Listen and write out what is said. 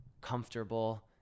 comfortable